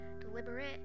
deliberate